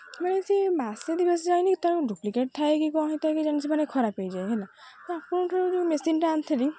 ମାନେ ସେ ମାସେ ଦୁଇ ମାସ ଯାଇନି ତା'ର ଡୁପ୍ଲିକେଟ୍ ଥାଏ କି କ'ଣ ହୋଇଥାଏ କେଜାଣି ସେ ମାନେ ଖରାପ ହୋଇଯାଏ ହେଲା ତ ଆପଣଙ୍କଠାରୁ ଯେଉଁ ମେସିନ୍ଟା ଆଣିଥିଲି